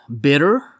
bitter